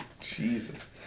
Jesus